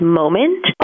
moment